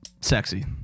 sexy